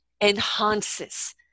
enhances